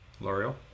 L'Oreal